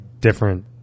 different